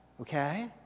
okay